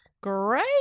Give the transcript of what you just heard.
Great